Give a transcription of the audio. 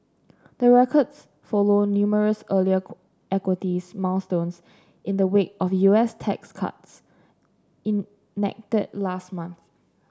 the records follow numerous earlier equities milestones in the wake of U S tax cuts enacted last month